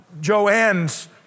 Joanne's